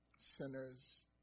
sinners